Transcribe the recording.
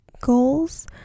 goals